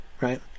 right